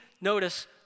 Notice